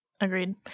Agreed